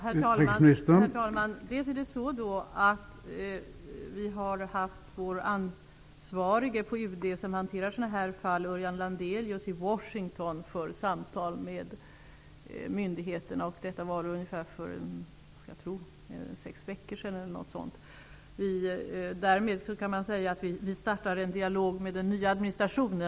Herr talman! Den som är ansvarig för sådana här fall på UD -- Örjan Landelius -- har varit i Washington för samtal med myndigheterna. Det var för ungefär sex veckor sedan. Därmed kan man säga att vi startar en dialog med den nya administrationen.